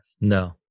No